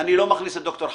אני לא מכניס את ד"ר חגי.